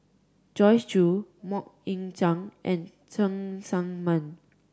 Joyce Jue Mok Ying Jang and Cheng Tsang Man